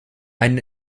einen